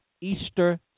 Easter